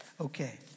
Okay